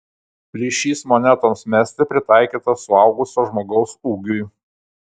plyšys monetoms mesti pritaikytas suaugusio žmogaus ūgiui